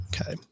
Okay